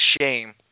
shame